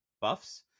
buffs